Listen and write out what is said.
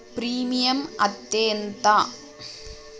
Premium అత్తే ఎంత?